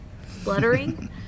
fluttering